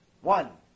one